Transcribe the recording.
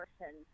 person